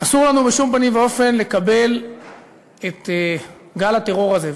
אסור לנו בשום פנים ואופן לקבל את גל הטרור הזה,